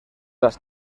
las